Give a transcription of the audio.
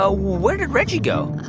ah where did reggie go?